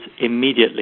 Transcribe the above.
immediately